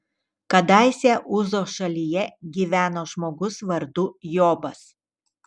kadaise uzo šalyje gyveno žmogus vardu jobas